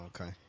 okay